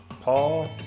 Paul